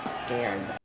scared